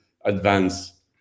advance